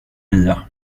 nya